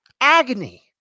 agony